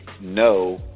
no